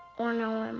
or know him,